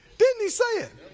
didn't he say it?